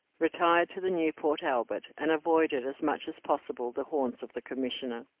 retired to the new port albert and avoided as much as possible the haunts of the commissioner.